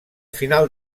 final